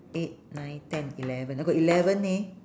eight nine ten eleven I got eleven eh